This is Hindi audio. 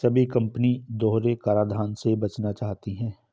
सभी कंपनी दोहरे कराधान से बचना चाहती है